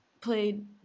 played